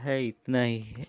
है इतना ही है